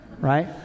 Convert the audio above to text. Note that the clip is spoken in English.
right